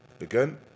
Again